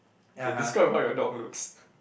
K describe how your dog looks